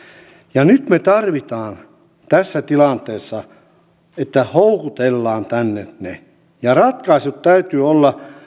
ja nyt meidän täytyy tässä tilanteessa houkutella se tänne ja ratkaisujen täytyy olla